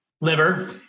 Liver